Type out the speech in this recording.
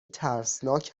ترسناک